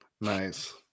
Nice